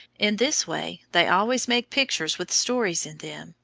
in this way they always make pictures with stories in them,